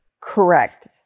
Correct